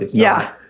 yeah,